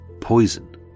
poison